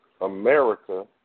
America